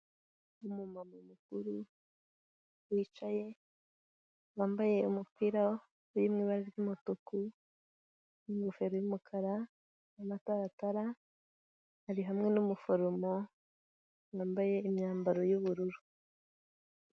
Umumama mukuru wicaye, wambaye umupira uri mu ibara ry'umutuku n'ingofero y'umukara n'amataratara, ari hamwe n'umuforomo wambaye imyambaro y'ubururu.